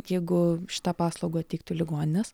jeigu šitą paslaugą teiktų ligoninės